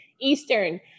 Eastern